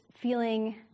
feeling